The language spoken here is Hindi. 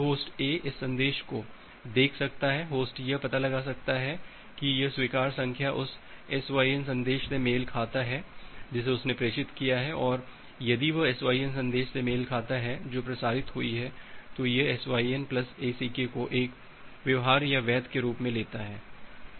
होस्ट A इस संदेश को देख सकता है होस्ट यह पता लगा सकता है कि यह स्वीकार संख्या उस SYN संदेश से मेल खाती है जिसे उसने प्रेषित किया है और यदि वह SYN संदेश से मेल खाती है जो प्रसारित हुई है तो यह SYN प्लस ACK को एक व्यवहार्य या वैध के रूप में लेता है